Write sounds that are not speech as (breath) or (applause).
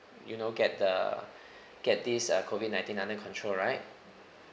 you know get the (breath) get this uh COVID nineteen under control right